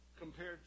compared